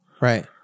Right